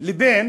לבין